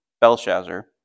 Belshazzar